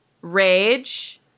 Rage